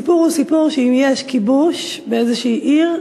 הסיפור הוא שאם יש כיבוש באיזו עיר,